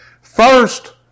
First